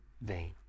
vain